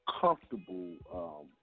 comfortable –